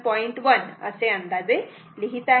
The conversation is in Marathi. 1 असे अंदाजे लिहीत आहे